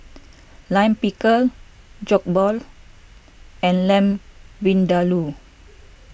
Lime Pickle Jokbal and Lamb Vindaloo